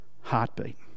heartbeat